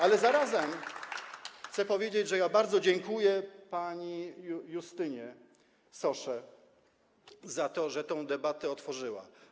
Ale chcę zarazem powiedzieć, że ja bardzo dziękuję pani Justynie Sosze za to, że tę debatę otworzyła.